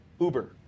Uber